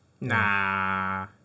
Nah